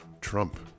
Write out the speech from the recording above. Trump